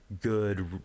good